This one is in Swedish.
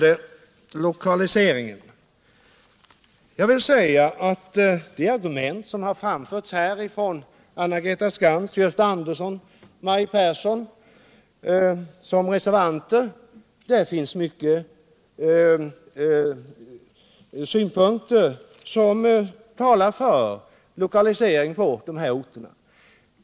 Anna-Greta Skantz, Gösta Andersson och Maj Pehrsson har i egenskap av reservanter framfört argument beträffande lokaliseringen, och jag vill med anledning härav säga att det finns många synpunkter som talar för en lokalisering på de nämnda orterna.